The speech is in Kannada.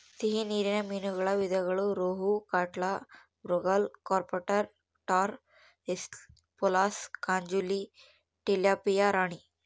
ಸಿಹಿ ನೀರಿನ ಮೀನುಗಳ ವಿಧಗಳು ರೋಹು, ಕ್ಯಾಟ್ಲಾ, ಮೃಗಾಲ್, ಕಾರ್ಪ್ ಟಾರ್, ಟಾರ್ ಹಿಲ್ಸಾ, ಪುಲಸ, ಕಾಜುಲಿ, ಟಿಲಾಪಿಯಾ ರಾಣಿ